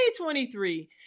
2023